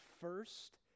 first